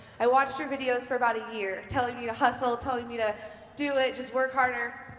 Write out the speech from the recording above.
i watched your videos for about a year, telling me to hustle, telling me to do it, just work hard,